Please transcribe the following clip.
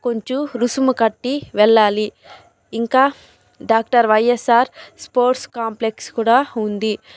కొంచం రుసుము కట్టి వెళ్ళాలి ఇంకా డాక్టర్ వైయస్సార్ స్పోర్ట్స్ కాంప్లెక్స్ కూడా ఉంది